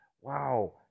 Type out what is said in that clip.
wow